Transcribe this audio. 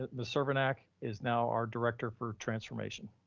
the servant act is now our director for transformation.